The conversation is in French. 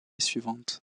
suivante